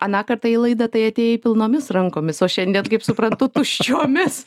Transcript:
aną kartą į laidą tai atėjai pilnomis rankomis o šiandien kaip suprantu tuščiomis